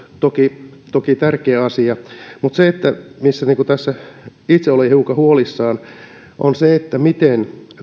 toki toki tärkeä asia se mistä itse olen hiukan huolissani on se miten